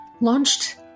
launched